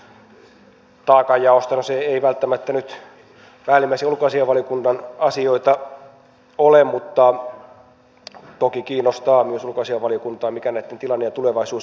no se ei välttämättä nyt päällimmäisiä ulkoasiainvaliokunnan asioita ole mutta toki kiinnostaa myös ulkoasiainvaliokuntaa mikä näitten tilanne ja tulevaisuus on